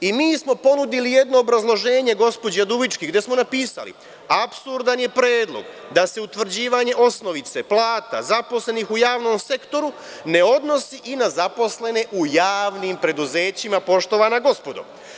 Mi smo ponudili jedno obrazloženje gospođi Udovički, gde smo napisali – apsurdan je predlog da se utvrđivanje osnovice plata zaposlenih u javnom sektoru ne odnosi i na zaposlene u javnim preduzećima, poštovana gospodo.